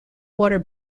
water